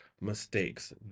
mistakes